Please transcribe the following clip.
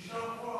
יישר כוח,